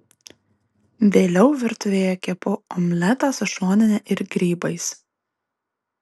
vėliau virtuvėje kepu omletą su šonine ir grybais